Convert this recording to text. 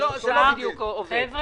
זה לא בדיוק עובד.